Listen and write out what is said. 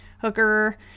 hooker